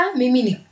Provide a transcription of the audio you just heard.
mimi